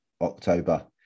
october